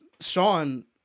sean